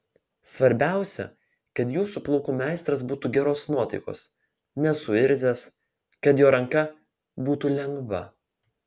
svarbiausia kad jūsų plaukų meistras būtų geros nuotaikos nesuirzęs kad jo ranka būtų lengva